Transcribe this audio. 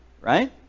right